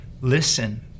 listen